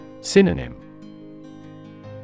Synonym